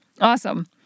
Awesome